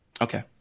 Okay